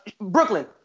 Brooklyn